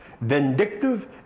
vindictive